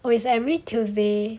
oh is every tuesday